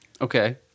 Okay